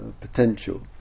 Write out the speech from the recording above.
potential